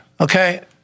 Okay